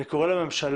אני קורא לממשלה,